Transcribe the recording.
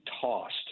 tossed